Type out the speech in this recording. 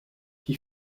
qui